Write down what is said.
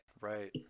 right